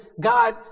God